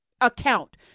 account